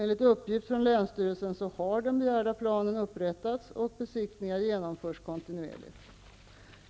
Enligt uppgift från länsstyrelsen har den begärda planen upprättats och besiktningar genomförs kontinuerligt.